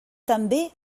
també